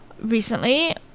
recently